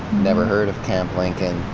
never heard of camp lincoln.